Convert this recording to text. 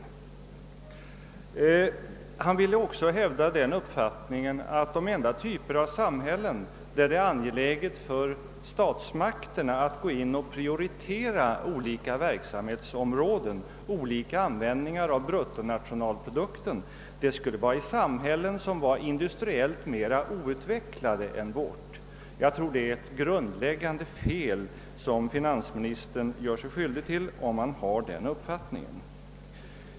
Herr Sträng ville också hävda den uppfattningen att de enda typer av samhällen, där det vore angeläget för statsmakterna att gå in och prioritera olika verksamhetsområden eller olika användningar av bruttonationalprodukten, skulle vara samhällen som vore industriellt mera outvecklade än vårt. Det är ett grundläggande fel som finansministern gör sig skyldig till om han gör den bedömningen.